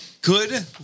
Good